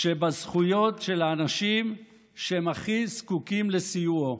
בזכויות של האנשים שהם הכי זקוקים לסיועו,